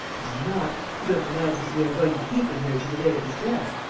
why not? you don't imagine that we are going to keep him here to the day of his death?